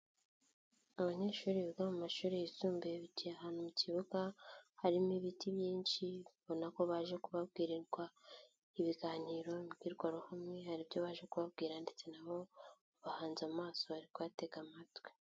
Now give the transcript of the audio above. Abanyeshuri biga mu mashuri yisumbuye bicaye ahantu mu kibuga harimo ibiti byinshi, ubona ko baje kubabwirirwa ibiganiro imbwirwaruhame, hari ibyo baje kubabwira ndetse na bo bahanze amaso bari kubatega amatwi.